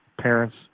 parents